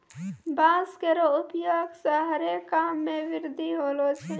बांस केरो उपयोग सें हरे काम मे वृद्धि होलो छै